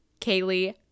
kaylee